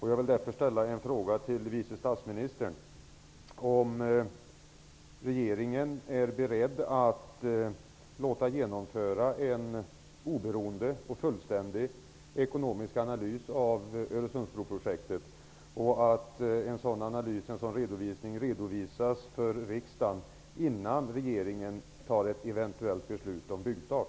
Jag vill därför ställa en fråga till vice statsministern om regeringen är beredd att låta genomföra en oberoende och fullständig ekonomisk analys av Öresundsbroprojektet och att låta en sådan analys redovisas för riksdagen innan regeringen fattar ett eventuellt beslut om byggstart.